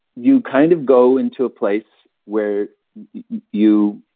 you kind of go into a place where you.